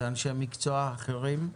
ואנשי מקצוע אחרים.